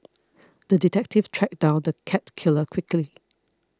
the detective tracked down the cat killer quickly